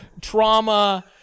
trauma